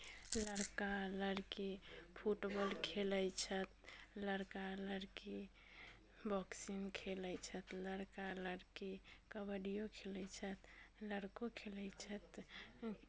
लड़का लड़की फुटबॉल खेलैत छथि लड़का लड़की बॉक्सिंग खेलैत छथि लड़का लड़की कबड्डियो खेलैत छथि लड़को खेलैत छथि